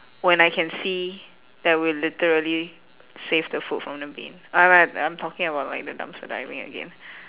when I can see that we literally save the food from the bin alright I'm talking about like the dumpster diving again